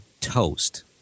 toast